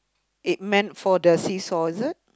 it meant for the seesaw is it